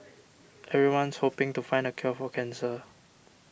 everyone's hoping to find the cure for cancer